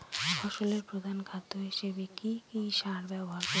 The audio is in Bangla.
ফসলের প্রধান খাদ্য হিসেবে কি কি সার ব্যবহার করতে পারি?